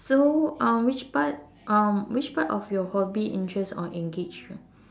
so um which part um which part of your hobby interest or engage you